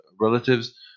relatives